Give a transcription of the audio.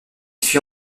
fut